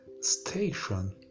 Station